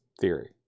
theory